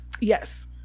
Yes